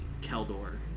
Keldor